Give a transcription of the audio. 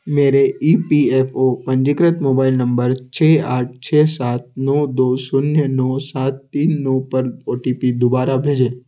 मेरे E P F O पंजीकृत mobile number छः आठ छः सात नौ दो शून्य नौ सात तीन नौ पर ओ टी पी दूबारा भेजें